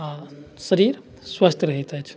आओर शरीर स्वस्थ रहैत अछि